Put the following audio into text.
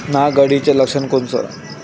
नाग अळीचं लक्षण कोनचं?